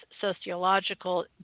sociological